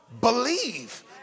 Believe